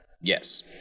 Yes